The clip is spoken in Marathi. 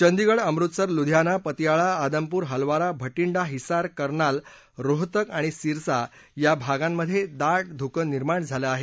चंदीगड अमृतसर लुधियाना पतियाळा आदमपूर हलवारा भार्डिा हिसार कर्नाल रोहतक आणि सिरसा या भागांमध्ये दा धुकं निर्माण झालं आहे